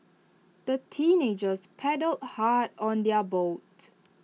the teenagers paddled hard on their boat